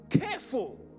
careful